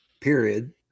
period